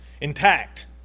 intact